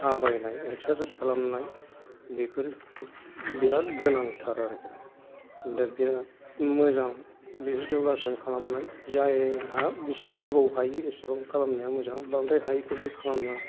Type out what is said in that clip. थाबायनाय एक्सार्साइस खालामनाय बेफोर बिराद गोनांथार आरोखि दा बिराद मोजां बिदि यगासन खालामनाय जायहा बेसे गोबाव हायो एसेबां खालामनाया मोजां बांद्राय हायैखौबो खालाम नाङा